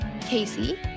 Casey